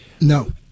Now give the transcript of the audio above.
No